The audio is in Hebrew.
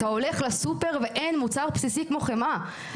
אתה הולך לסופר ואין מוצר בסיסי כמו חמאה.